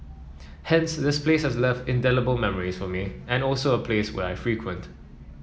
hence this place has left indelible memories for me and also a place where I frequent